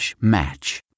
match